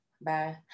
bye